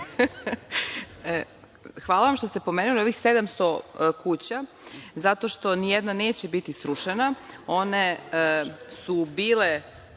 Hvala vam što ste pomenuli ovih 700 kuća, t zato što nijedna neće biti srušena. One su bile